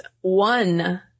one